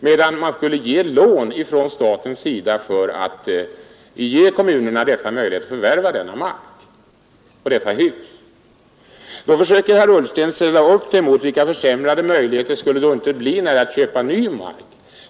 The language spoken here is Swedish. Samtidigt skulle staten ge kommunerna lån för att möjliggöra för dessa att förvärva den mark och de hus det gäller. Då säger herr Ullsten: Vilka försämrade möjligheter skulle inte kommunerna få att köpa ny mark!